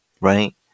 right